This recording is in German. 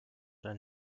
einem